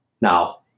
Now